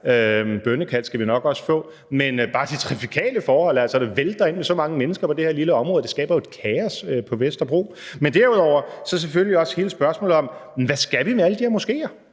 bønnekald skal vi nok også få, de trafikale forhold, når det vælter ind med så mange mennesker på det her lille område. Det vil jo skabe et kaos på Vesterbro. Men derudover er der jo selvfølgelig også hele spørgsmålet om, hvad vi skal med alle de moskéer.